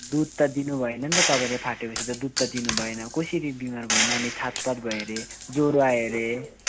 दुध त दिनु भएन नि त तपाईँले फाटेपछि त दुध त दिनु भएन कसरी बिमार भयो नानी छातपात भयो अरे ज्वरो आयो अरे